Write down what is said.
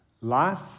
Life